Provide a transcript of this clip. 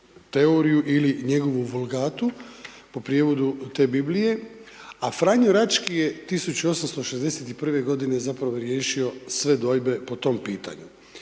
teoriju ili njegovu Vulgatu po prijevodu te Biblije a Franjo Rački je 1861. g. zapravo riješio sve dvojbe po tom pitanju.